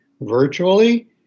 virtually